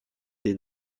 des